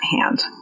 hand